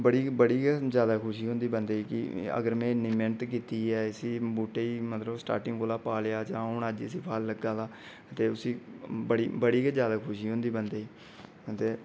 बड़ी गै बड़ी गै जैदा खुशी होंदी बंदे ई कि अगर में इन्नी मेह्नत कीती ऐ इसी बूह्टे ई मतलब स्टार्टिंग कोला पालेआ जां अज्ज हून इसी फल लग्गै दा ते उसी बड़ी बड़ी गै जैदा खुशी होंदी बंदे ई ते